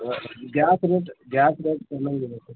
gas rate gas rate ಅನ್ನಂಗಿಲ್ಲ sir